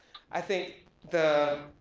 i think the,